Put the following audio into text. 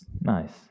Nice